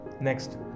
Next